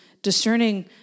discerning